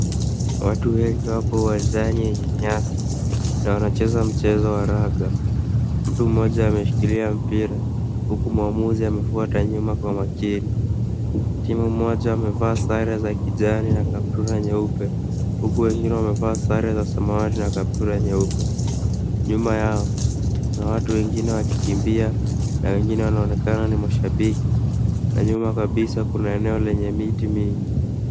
Watu wengi wapo uwanjani yenye nyasi na wanacheza mchezo wa raga. Mtu mmoja ameshikilia mpira huku mwamuzi amefuata nyuma kwa makini. Timu moja amevaa sare za kijani na kaptura nyeupe huku wengine wamevaa sare za samawati na kaptura nyeupe. Nyuma yao, kuna watu wengine wakikimbia na wengine wao wanaonekana ni mashabiki na nyuma kabisa kuna eneo lenye miti mingi.